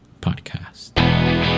Podcast